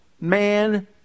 man